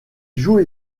joue